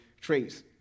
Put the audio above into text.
traits